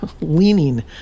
leaning